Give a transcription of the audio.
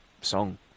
song